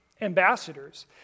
ambassadors